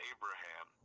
Abraham